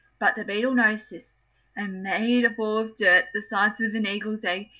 but the beetle noticed this and made a ball of dirt the size of an eagle's egg,